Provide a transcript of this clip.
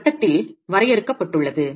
ஒரு கட்டத்தில் வரையறுக்கப்பட்டுள்ளது